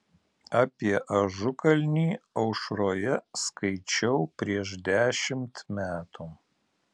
apie ažukalnį aušroje skaičiau prieš dešimt metų